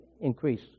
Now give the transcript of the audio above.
increase